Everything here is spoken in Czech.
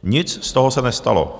Nic z toho se nestalo.